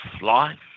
life